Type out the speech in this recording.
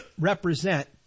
represent